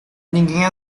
ninguém